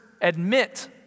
admit